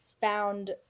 found